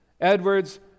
Edwards